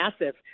massive